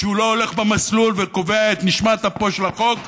שהוא לא הולך במסלול וקובע את נשמת אפו של החוק,